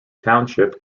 township